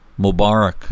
Mubarak